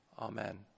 Amen